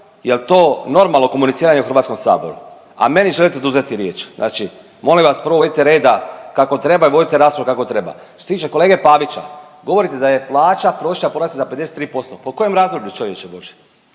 Jel to normalno komuniciranje u HR? A meni želite oduzeti riječ. Znači. Molim vas prvo vodite reda kako treba i vodite raspravu kako treba. Što se tiče kolege Pavića. Govorite da je plaća prosječna porasla za 53%. Pa u kojem razdoblju čovječe božji?